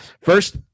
First